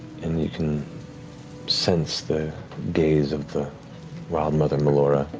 and you can sense the gaze of the wildmother, melora,